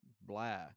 blah